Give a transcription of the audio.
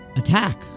attack